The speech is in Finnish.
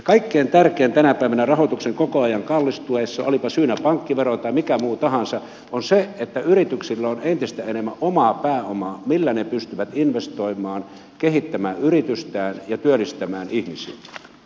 kaikkein tärkein tänä päivänä rahoituksen koko ajan kallistuessa olipa syynä pankkivero tai mikä muu tahansa on se että yrityksillä on entistä enemmän omaa pääomaa millä ne pystyvät investoimaan kehittämään yritystään ja työllistämään ihmisiä